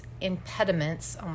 impediments